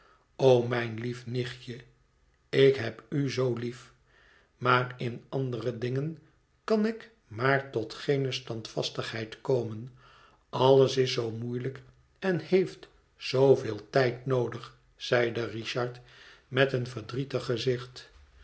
o mijn lief nichtje ik heb u zoo lief maar in andere dingen kan ik maar tot geene standvastigheid komen alles is zoo moeielijk en heeft zooveel tijd noodig zeide richard met een verdrietig gezicht